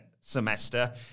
semester